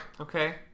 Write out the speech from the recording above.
Okay